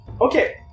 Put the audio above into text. Okay